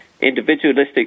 individualistic